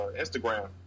Instagram